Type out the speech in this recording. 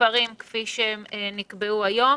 מספרים כפי שנקבעו היום.